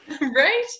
Right